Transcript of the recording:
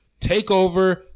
Takeover